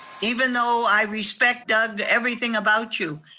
even though i respect doug, everything about you.